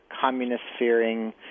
communist-fearing